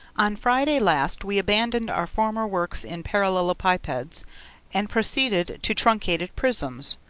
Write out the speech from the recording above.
on friday last we abandoned our former works in parallelopipeds and proceeded to truncated prisms.